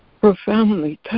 profoundly